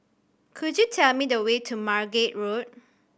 could you tell me the way to Margate Road